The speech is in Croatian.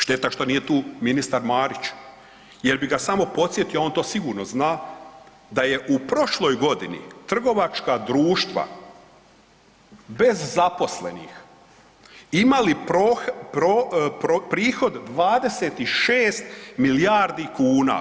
Šteta što nije tu ministar Marić jel bi ga samo podsjetio, a on to sigurno zna, da je u prošloj godini trgovačka društva bez zaposlenih imali prihod 26 milijardi kuna.